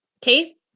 Kate